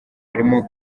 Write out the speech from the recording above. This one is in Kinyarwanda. harimo